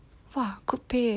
!wah! good pay eh